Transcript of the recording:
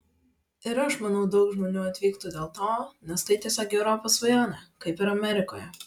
ir aš manau daug žmonių atvyktų dėl to nes tai tiesiog europos svajonė kaip ir amerikoje